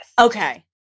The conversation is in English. Okay